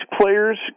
players